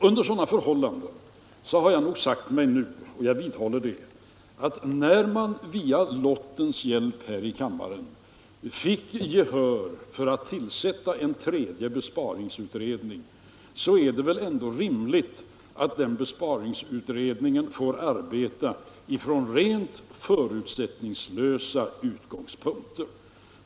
Under sådana förhållanden har jag sagt mig — och jag vidhåller det — att när man med lottens hjälp här i kammaren vunnit gehör för att tillsätta en tredje besparingsutredning, så är det väl ändå rimligt att den besparingsutred ningen får arbeta från rent förutsättningslösa utgångspunkter.